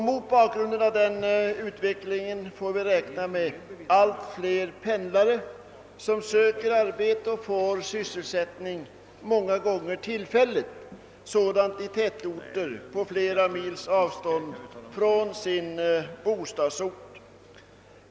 Mot bakgrunden av den utvecklingen får vi räkna med allt fler pendlare som söker arbete och får sysselsättning, många gånger tillfällig sådan, i tätorter på flera mils avstånd från sin bostadsort.